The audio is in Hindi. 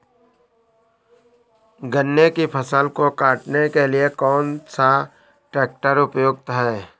गन्ने की फसल को काटने के लिए कौन सा ट्रैक्टर उपयुक्त है?